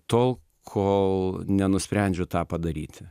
tol kol nenusprendžiau tą padaryti